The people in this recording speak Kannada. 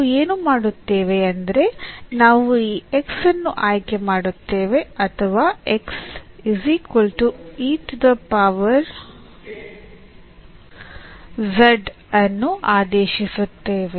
ನಾವು ಏನು ಮಾಡುತ್ತೇವೆ ಎಂದರೆ ನಾವು ಈ x ಅನ್ನು ಆಯ್ಕೆ ಮಾಡುತ್ತೇವೆ ಅಥವಾ ಅನ್ನು ಆದೇಶಿಸುತ್ತೇನೆ